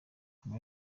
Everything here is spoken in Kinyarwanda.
amwe